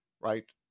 right